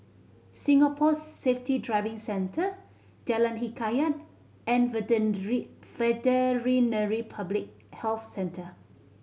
Singapore Safety Driving Centre Jalan Hikayat and Veterinary Public Health Centre